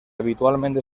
habitualment